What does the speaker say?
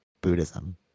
buddhism